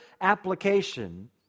application